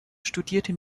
studierte